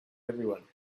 everyone